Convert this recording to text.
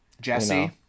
Jesse